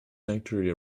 sanctuary